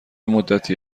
مدتی